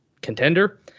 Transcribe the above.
contender